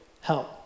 help